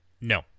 No